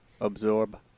Absorb